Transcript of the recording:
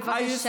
בבקשה.